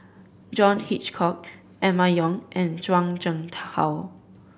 John Hitchcock Emma Yong and Zhuang Shengtao